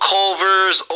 Culver's